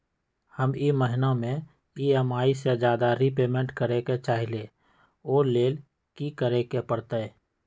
हम ई महिना में ई.एम.आई से ज्यादा रीपेमेंट करे के चाहईले ओ लेल की करे के परतई?